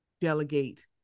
delegate